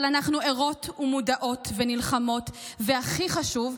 אבל אנחנו ערות ומודעות ונלחמות, והכי חשוב,